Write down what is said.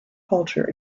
culture